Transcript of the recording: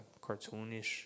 cartoonish